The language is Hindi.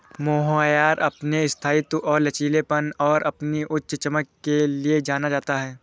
मोहायर अपने स्थायित्व और लचीलेपन और अपनी उच्च चमक के लिए जाना जाता है